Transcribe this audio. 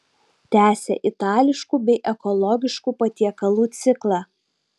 tęsia itališkų bei ekologiškų patiekalų ciklą